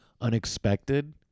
unexpected